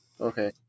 okay